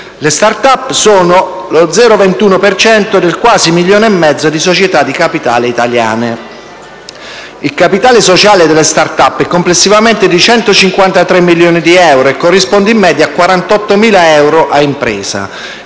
Le *start-up* sono lo 0,21 per cento del quasi 1,5 milioni di società di capitale italiane. Il capitale sociale delle *start-up* è complessivamente di 153 milioni di euro, che corrisponde in media a circa 48.000 euro a impresa.